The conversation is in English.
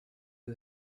you